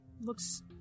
looks